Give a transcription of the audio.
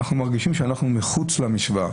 אנחנו מרגישים שאנחנו מחוץ למשוואה.